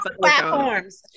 platforms